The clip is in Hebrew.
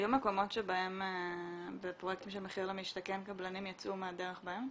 היו מקומות שבהם בפרויקטים של 'מחיר למשתכן' קבלנים יצאו מהדרך באמצע?